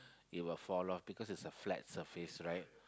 it fall off because it's a flat surface right